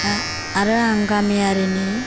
आरो आं गामियारिनि